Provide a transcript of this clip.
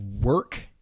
work